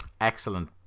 Excellent